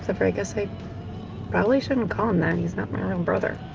so for i guess i probably shouldn't call him that. he's not my real brother.